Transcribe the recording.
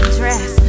dress